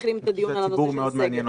נתחיל דיון על נושא הסגר.